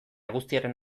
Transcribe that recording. guztiaren